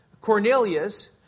Cornelius